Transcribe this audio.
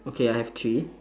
okay I have three